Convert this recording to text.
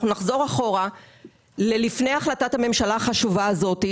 אנחנו נחזור אחורה אל לפני החלטת הממשלה החשובה הזו,